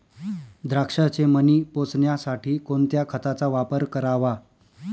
द्राक्षाचे मणी पोसण्यासाठी कोणत्या खताचा वापर करावा?